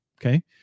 Okay